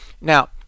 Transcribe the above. Now